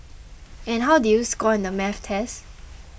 and how did you score in the maths test